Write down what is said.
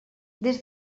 des